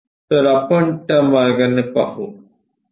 तर आपण त्या मार्गाने पाहू